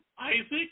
Isaac